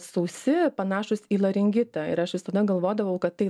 sausi panašūs į laringitą ir aš visada galvodavau kad tai